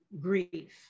grief